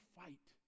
fight